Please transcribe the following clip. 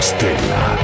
Stella